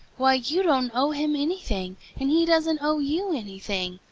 why you don't owe him anything, and he doesn't owe you anything.